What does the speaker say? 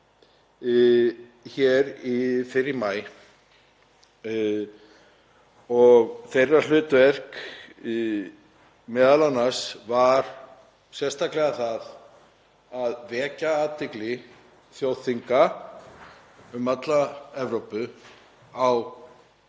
hér fyrr í maí og þeirra hlutverk var m.a. sérstaklega það að vekja athygli þjóðþinga um alla Evrópu á